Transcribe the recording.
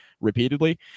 repeatedly